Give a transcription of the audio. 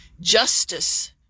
justice